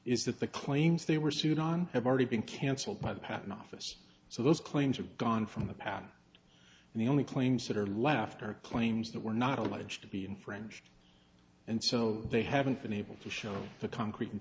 is that the claims they were sued on have already been cancelled by the patent office so those claims are gone from the pad and the only claims that are left are claims that were not alleged to be infringed and so they haven't been able to show the concrete in